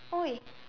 !oi!